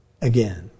again